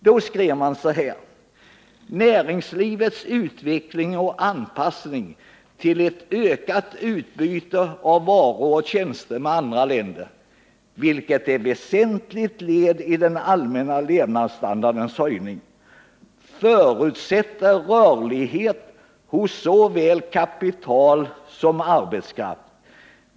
Då hette det: ” Näringslivets utveckling och anpassning till ett ökat utbyte av varor och tjänster med andra länder — vilket är ett väsentligt led i den allmänna levnadsstandardens höjning — förutsätter rörlighet hos såväl kapital som arbetskraft ——-.